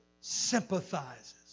sympathizes